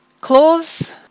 Clause